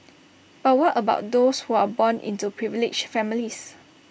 but what about those who are born into privileged families